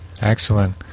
Excellent